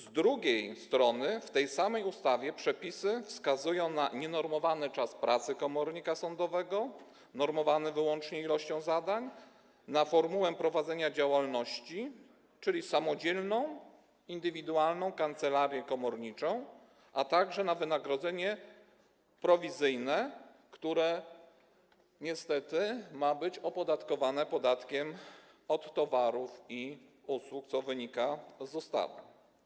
Z drugiej strony w tej samej ustawie przepisy wskazują na nienormowany czas pracy komornika sądowego, określany wyłącznie ilością zadań, na formułę prowadzenia działalności, czyli samodzielną, indywidualną kancelarię komorniczą, a także na wynagrodzenie prowizyjne, które niestety ma być opodatkowane podatkiem od towarów i usług, co wynika z ustawy.